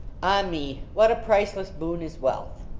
ah, me! what a priceless boon is wealth.